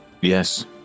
Yes